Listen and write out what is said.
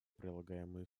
прилагаемые